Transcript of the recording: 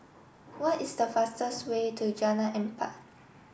what is the fastest way to Jalan Empat